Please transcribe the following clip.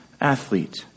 athlete